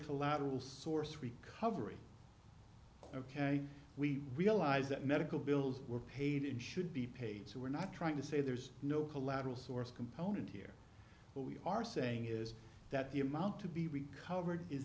collateral source recovery ok we realize that medical bills were paid and should be paid so we're not trying to say there's no collateral source component here but we are saying is that the amount to be recovered is